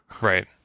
right